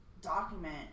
document